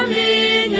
a